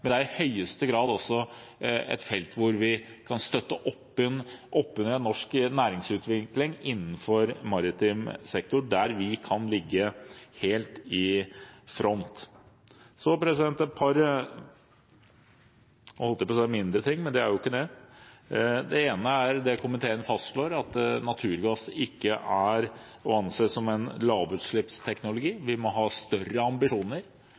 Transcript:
det er i høyeste grad også et felt hvor vi kan støtte opp under en norsk næringsutvikling innenfor maritim sektor, der vi kan ligge helt i front. Så et par mindre ting, holdt jeg på å si, men det er jo ikke det. Det ene er det komiteen fastslår, at naturgass ikke er å anse som en lavutslippsteknologi, vi må ha større ambisjoner